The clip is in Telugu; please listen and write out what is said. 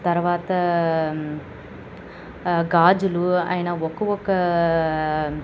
తర్వాత గాజులు ఆయన ఒక ఒక్క